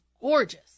gorgeous